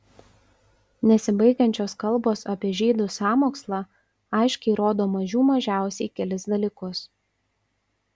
nesibaigiančios kalbos apie žydų sąmokslą aiškiai rodo mažių mažiausiai kelis dalykus